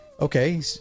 okay